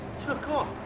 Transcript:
took off,